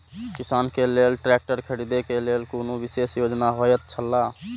किसान के लेल ट्रैक्टर खरीदे के लेल कुनु विशेष योजना होयत छला?